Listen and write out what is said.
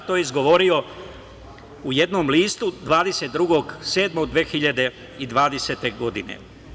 To je izgovorio u jednom listu 22.7.2020. godine.